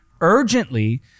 urgently